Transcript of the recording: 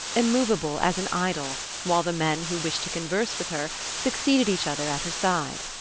immovable as an idol, while the men who wished to converse with her succeeded each other at her side.